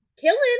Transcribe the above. killing